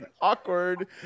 Awkward